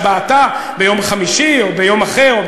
השבעתה ביום חמישי או ביום אחר,